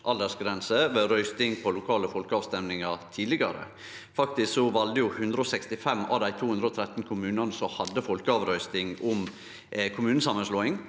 aldersgrense ved røysting ved lokale folkeavrøystingar tidlegare. Faktisk valde 165 av dei 213 kommunane som hadde folkeavrøysting om kommunesamanslåing